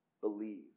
Believe